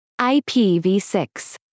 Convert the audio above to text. IPv6